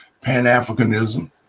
Pan-Africanism